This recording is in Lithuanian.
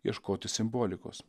ieškoti simbolikos